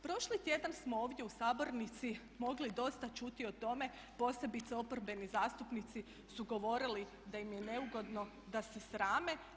Prošli tjedan smo ovdje u sabornici mogli dosta čuti o tome posebice oporbeni zastupnici su govorili da im je neugodno, da se srame.